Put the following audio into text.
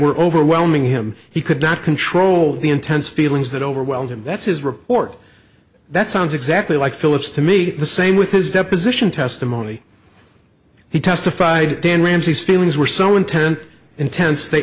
were overwhelming him he could not control the intense feelings that overwhelmed him that's his report that sounds exactly like phillips to me the same with his deposition testimony he testified dan ramsey's feelings were so intense intens